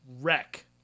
wreck